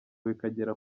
bikagera